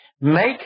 make